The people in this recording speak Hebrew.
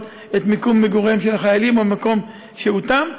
את מיקום מגוריהם של החיילים או מקום שהותם.